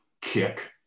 kick